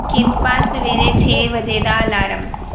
ਕਿਰਪਾ ਸਵੇਰੇ ਛੇ ਵਜੇ ਦਾ ਅਲਾਰਮ